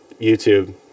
YouTube